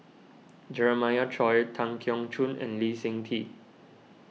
Jeremiah Choy Tan Keong Choon and Lee Seng Tee